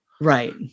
right